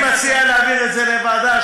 אני מציע להעביר את זה לוועדה,